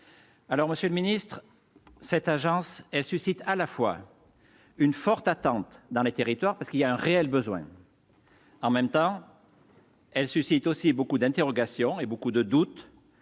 alors Monsieur le Ministre, cette agence, elle suscite à la fois une forte attente dans les territoires parce qu'il y a un réel besoin. En même temps elle suscite aussi beaucoup d'interrogations et beaucoup de doutes